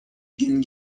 گین